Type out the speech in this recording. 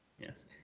Yes